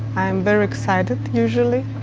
i'm very excited usually,